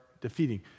defeating